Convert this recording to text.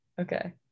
Okay